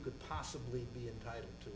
could possibly be entitled to